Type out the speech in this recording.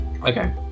okay